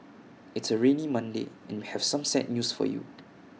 it's A rainy Monday and we have some sad news for you